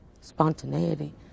spontaneity